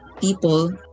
people